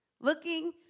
Looking